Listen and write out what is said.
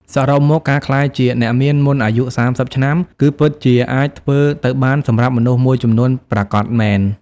សរុបមក ការក្លាយជាអ្នកមានមុនអាយុ ៣០ ឆ្នាំ គឺពិតជាអាចធ្វើទៅបានសម្រាប់មនុស្សមួយចំនួនប្រាកដមែន។